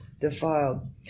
defiled